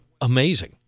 Amazing